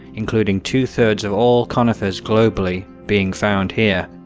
including two thirds of all conifers globally, being found here.